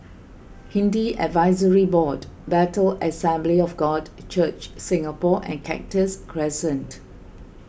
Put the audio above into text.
Hindu Advisory Board Bethel Assembly of God Church Singapore and Cactus Crescent